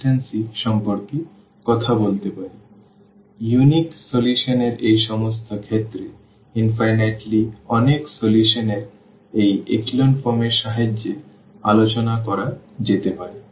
সুতরাং অনন্য সমাধান এর এই সমস্ত ক্ষেত্রে অসীম ভাবে অনেক সমাধান এই echelon form এর সাহায্যে আলোচনা করা যেতে পারে